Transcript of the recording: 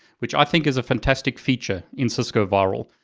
which i think is a fantastic feature in cisco virl.